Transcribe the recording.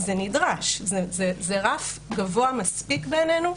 זה נדרש, וזה רף גבוה מספיק בעינינו.